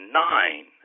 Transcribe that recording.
nine